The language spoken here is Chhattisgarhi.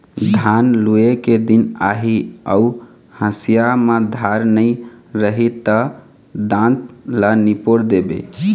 धान लूए के दिन आही अउ हँसिया म धार नइ रही त दाँत ल निपोर देबे